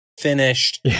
finished